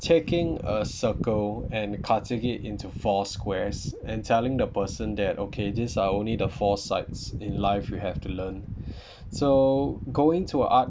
taking a circle and cutting it into four squares and telling the person that okay these are only the four sides in life you have to learn so going to art